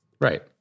Right